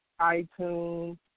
iTunes